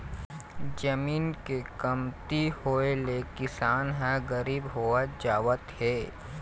जमीन के कमती होए ले किसान ह गरीब होवत जावत हे